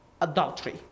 adultery